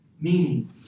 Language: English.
meaning